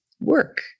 work